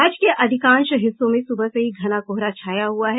राज्य के अधिकांश हिस्सों में सुबह से ही घना कोहरा छाया हुआ है